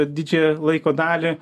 didžiąją laiko dalį